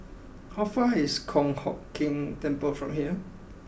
how far is Kong Hock Keng Temple from here